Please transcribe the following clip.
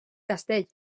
castell